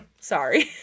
Sorry